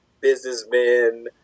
businessmen